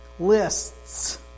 Lists